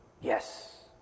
Yes